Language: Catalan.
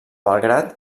belgrad